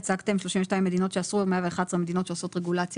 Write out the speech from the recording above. אמרתם שיש 32 מדינות שאסור ו-111 מדינות שעושות רגולציה.